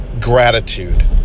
Gratitude